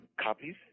copies